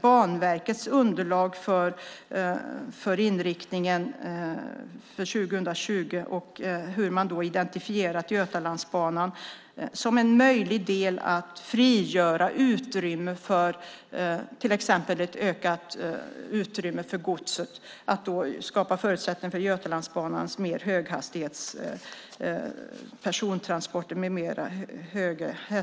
Banverkets underlag för inriktningen till 2020 och hur man identifierar Götalandsbanan som en möjlighet att frigöra utrymme för godset skapar möjlighet för Götalandsbanans höghastighetståg för persontrafik med mera.